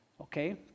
Okay